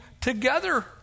together